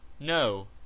No